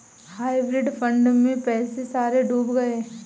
hybrid fund में पैसे सारे डूब गए